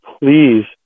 please